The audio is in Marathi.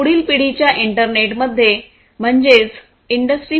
पुढील पिढीच्या इंटरनेटमध्ये म्हणजेच इंडस्ट्री 4